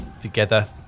together